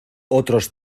otros